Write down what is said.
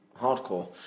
hardcore